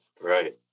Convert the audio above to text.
right